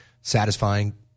satisfying